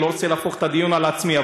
אני לא רוצה להפוך אותו לדיון על עצמי.